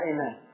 Amen